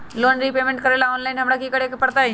Loan repayment करेला online हमरा की करे के परतई?